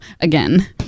again